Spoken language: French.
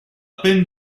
peine